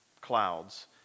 clouds